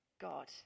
God